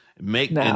Make